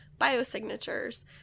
biosignatures